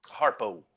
Harpo